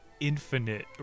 infinite